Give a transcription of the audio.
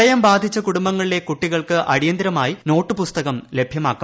പ്രളയം ബാധിച്ച കുടുംബങ്ങളിലെ കുട്ടികൾക്ക് അടിയന്തരമായി നോട്ടുപുസ്തകം ലഭ്യമാക്കും